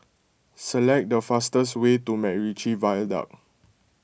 select the fastest way to MacRitchie Viaduct